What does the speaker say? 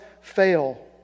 fail